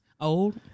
Old